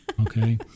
Okay